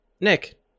Nick